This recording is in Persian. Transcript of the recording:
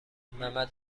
ممد